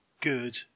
good